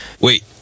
Wait